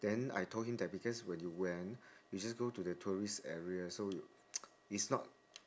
then I told him that because when you went you just go to the tourist area so it's not